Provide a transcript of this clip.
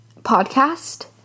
podcast